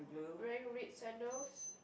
wearing red sandals